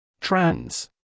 Trans